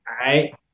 right